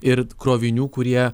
ir krovinių kurie